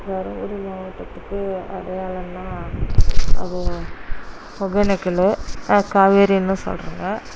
தருமபுரி மாவட்டத்துக்கு அடையாளம்னால் அது ஒக்கேனக்கல் அது காவேரினு சொல்கிறேங்க